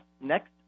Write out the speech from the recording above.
next